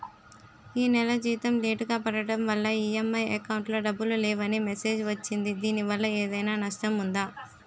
ఈ నెల జీతం లేటుగా పడటం వల్ల ఇ.ఎం.ఐ అకౌంట్ లో డబ్బులు లేవని మెసేజ్ వచ్చిందిదీనివల్ల ఏదైనా నష్టం ఉందా?